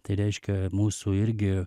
tai reiškia mūsų irgi